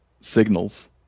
signals